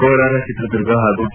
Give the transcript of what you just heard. ಕೋಲಾರ ಚಿತ್ರದುರ್ಗ ಪಾಗೂ ಕೆ